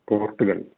Portugal